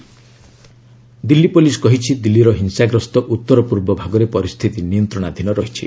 PM New Delhi Delhi police କହିଛି ଦିଲ୍ଲୀର ହିଂସାଗ୍ରସ୍ତ ଉତ୍ତର ପୂର୍ବ ଭାଗରେ ପରିସ୍ଥିତି ନିୟନ୍ତ୍ରଣାଧୀନ ରହିଛି